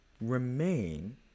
remain